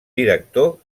director